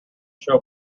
show